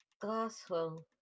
Glasswell